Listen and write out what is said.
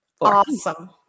Awesome